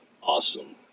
Awesome